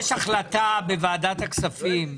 יש החלטה בוועדת הכספים,